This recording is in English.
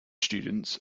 students